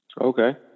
Okay